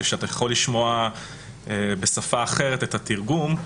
שאתה יכול לשמוע בשפה אחרת את התרגום.